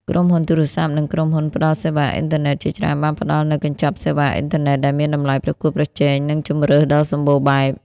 ក្រុមហ៊ុនទូរសព្ទ និងក្រុមហ៊ុនផ្តល់សេវាអ៊ីនធឺណិតជាច្រើនបានផ្តល់នូវ កញ្ចប់សេវាអ៊ីនធឺណិតដែលមានតម្លៃប្រកួតប្រជែង និងជម្រើសដ៏សម្បូរបែប។